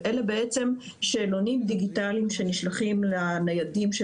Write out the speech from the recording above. אלה שאלונים דיגיטליים שנשלחים לניידים של